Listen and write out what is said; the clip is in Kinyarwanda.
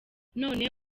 none